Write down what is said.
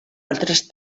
altres